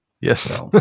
Yes